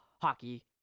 hockey